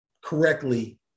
correctly